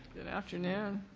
good afternoon.